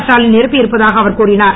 ஸ்டாலின் நிரப்பியிருப்பதாக அவர் கூறியுள்ளார்